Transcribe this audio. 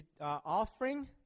Offering